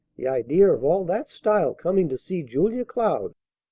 the idea of all that style coming to see julia cloud!